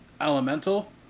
Elemental